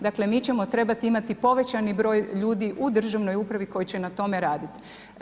Dakle, mi ćemo trebati imati povećani broj ljudi u državnoj upravi koji će na tome raditi.